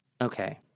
Okay